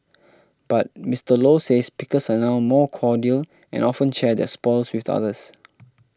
but Mister Low says pickers are now more cordial and often share their spoils with others